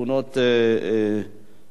מס' 8280 ו-8308.